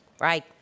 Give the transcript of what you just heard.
right